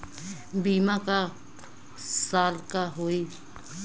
बीमा क साल क होई?